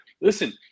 Listen